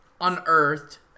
unearthed